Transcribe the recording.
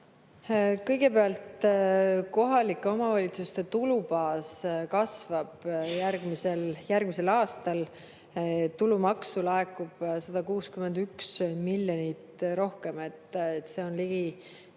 Kõigepealt, kohalike omavalitsuste tulubaas kasvab järgmisel aastal. Tulumaksu laekub 161 miljonit rohkem, see on ligi